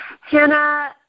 Hannah